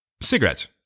Cigarettes